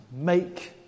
make